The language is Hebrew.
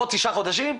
בעוד תשעה חודשים?